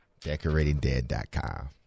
decoratingdead.com